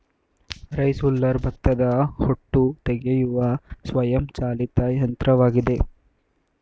rice huller ಭತ್ತದ ಹೊಟ್ಟು ತೆಗೆಯುವ ಸ್ವಯಂ ಚಾಲಿತ ಯಂತ್ರವಾಗಿದೆ